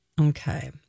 Okay